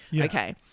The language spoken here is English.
okay